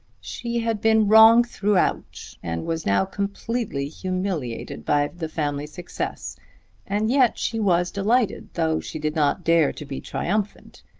she had been wrong throughout, and was now completely humiliated by the family success and yet she was delighted, though she did not dare to be triumphant.